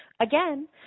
Again